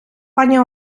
пані